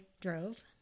drove